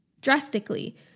drastically